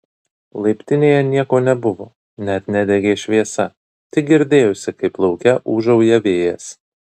laiptinėje nieko nebuvo net nedegė šviesa tik girdėjosi kaip lauke ūžauja vėjas